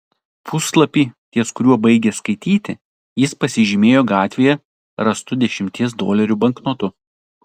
puslapį ties kuriuo baigė skaityti jis pasižymėjo gatvėje rastu dešimties dolerių banknotu